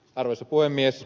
arvoisa puhemies